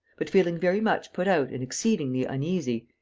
but, feeling very much put out and exceedingly uneasy,